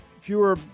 fewer